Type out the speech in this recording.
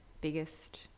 biggest